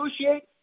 negotiate